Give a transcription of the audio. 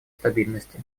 стабильности